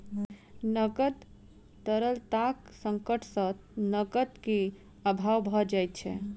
नकद तरलताक संकट सॅ नकद के अभाव भ जाइत छै